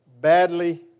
badly